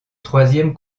troisième